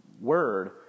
word